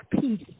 peace